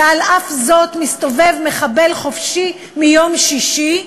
ועל אף זאת מסתובב מחבל חופשי מיום שישי.